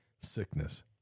sickness